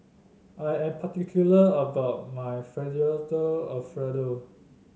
I am particular about my Fettuccine Alfredo